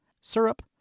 syrup